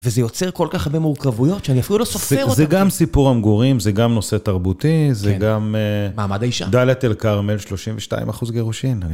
וזה יוצר כל כך הרבה מורכבויות שאני אפילו לא סופר אותן. זה גם סיפור המגורים, זה גם נושא תרבותי, זה גם... מעמד האישה. דליית אל כרמל, 32 אחוז גירושין.